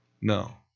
no